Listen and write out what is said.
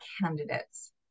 candidates